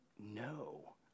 no